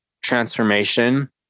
transformation